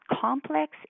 complex